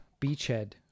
Beachhead